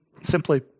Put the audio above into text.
simply